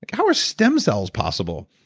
like, how are stem cells possible?